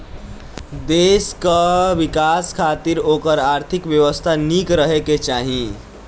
देस कअ विकास खातिर ओकर आर्थिक व्यवस्था निक रहे के चाही